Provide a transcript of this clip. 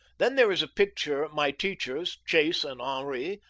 then there is a picture my teachers, chase and henri,